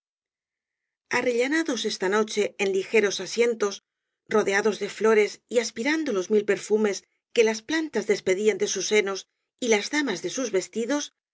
arrellanados esta noche en ligeros asientos rodeados de flores y aspirando los mil perfumes que las plantas despedían de sus senos y las damas de sus vestidos